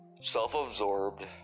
self-absorbed